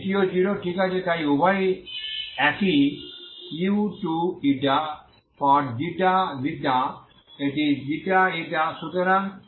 এটিও 0 ঠিক আছে তাই উভয়ই একইu2ξξ এটি ξη সুতরাং এটি ইকুয়াল